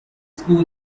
school